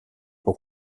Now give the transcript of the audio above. pour